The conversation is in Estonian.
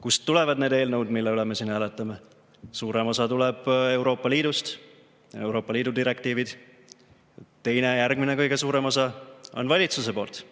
Kust tulevad need eelnõud, mille üle me siin hääletame? Suurem osa tuleb Euroopa Liidust, Euroopa Liidu direktiivid. Teine, järgmine suurem osa on valitsuselt.